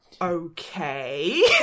okay